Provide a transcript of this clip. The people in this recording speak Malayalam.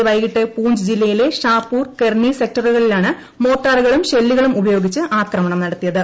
ഇന്നലെ വൈകിട്ട് പൂഞ്ച് ജില്ലയിലെ ഷാഹ്പൂർ കെർണി സെക്ടറുകളിലാണ് മോർട്ടോറുകളും ഷെല്ലുകളും ഉപയോഗിച്ച് ആക്രമണം നടത്തിയത്